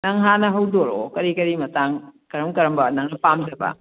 ꯅꯪ ꯍꯥꯟꯅ ꯍꯧꯗꯣꯔꯛꯑꯣ ꯀꯔꯤ ꯀꯔꯤ ꯃꯇꯥꯡ ꯀꯔꯝ ꯀꯔꯝꯕ ꯅꯪꯅ ꯄꯥꯝꯖꯕ